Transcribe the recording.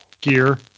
gear